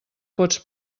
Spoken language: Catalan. pots